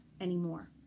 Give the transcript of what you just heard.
anymore